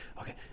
Okay